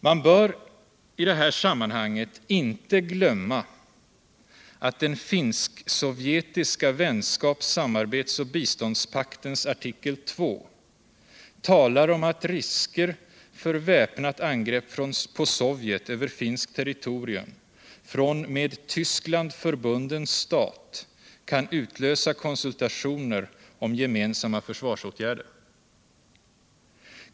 Man bör i det här sammanhanget inte glömma att den finsk-sovjetiska vänskaps-, samarbets och biståndspaktens artikel 2 talar om att risker för väpnat angrepp på Sovjet över finskt territorium från med Tyskland förbunden stat kan utlösa konsultationer om gemensamma försvarsåtgärder.